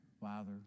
Father